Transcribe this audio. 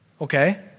Okay